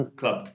club